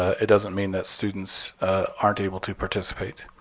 it doesn't mean that students aren't able to participate.